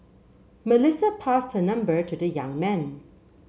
Melissa passed her number to the young man